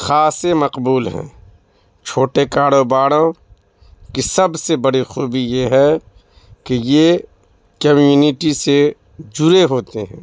خاص مقبول ہیں چھوٹے کاروباروں کی سب سے بڑی خوبی یہ ہے کہ یہ کمیونٹی سے جڑے ہوتے ہیں